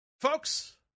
folks